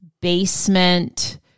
basement